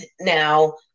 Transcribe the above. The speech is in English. now